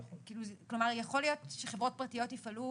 כלומר יכול להיות שחברות פרטיות יפעלו